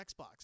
Xbox